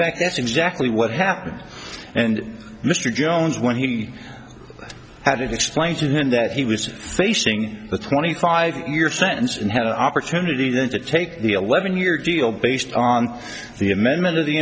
fact that's exactly what happened and mr jones when he had it explained to him that he was facing the twenty five year sentence and had an opportunity then to take the eleven year deal based on the amendment of the